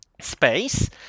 space